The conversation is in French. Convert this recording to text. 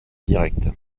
direct